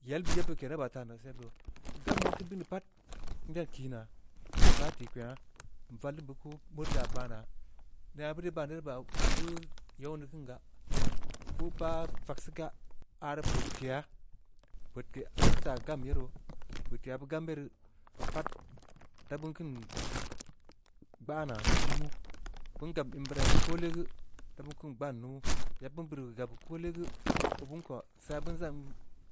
Yel beud yeb beuri kenan meu baa na sen doo. ii gam wong teu bini pat, ndan kii na, bah tikpengha. nvallin beu kuu. beuri taah baa naa, nena beurii baan ye rii, beu yawini keun gaa, beu paa vagsii gaa, aah rii peudkeya. peudke beurii taa gam ye roo. peudke beu gam ye roo, pat da beun keun gbaa naa. numu, beun gabn in beurai koole geu, da beun keun gban numu, yebbeun beurii gab ya koole geu, oo beun koo, sangha beun zan